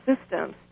systems